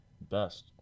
best